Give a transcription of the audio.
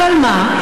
אבל מה,